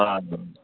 हजुर